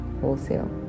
wholesale